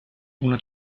una